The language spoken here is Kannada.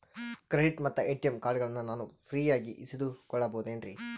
ಕ್ರೆಡಿಟ್ ಮತ್ತ ಎ.ಟಿ.ಎಂ ಕಾರ್ಡಗಳನ್ನ ನಾನು ಫ್ರೇಯಾಗಿ ಇಸಿದುಕೊಳ್ಳಬಹುದೇನ್ರಿ?